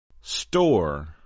Store